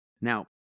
Now